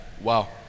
Wow